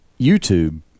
YouTube